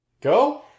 Go